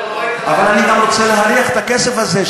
אבל אני גם רוצה להריח את הכסף הזה,